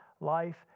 life